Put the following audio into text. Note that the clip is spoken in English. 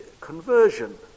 conversion